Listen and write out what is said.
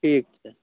ठीक छै